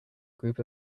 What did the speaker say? group